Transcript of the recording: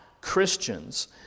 Christians